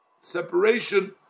separation